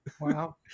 Wow